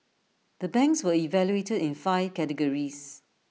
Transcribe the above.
the banks were evaluated in five categories